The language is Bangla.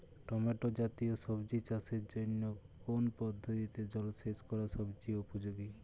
টমেটো জাতীয় সবজি চাষের জন্য কোন পদ্ধতিতে জলসেচ করা সবচেয়ে উপযোগী?